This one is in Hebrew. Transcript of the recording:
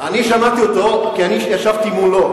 אני שמעתי אותו, כי אני ישבתי מולו.